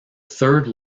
third